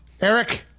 Eric